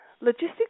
Logistics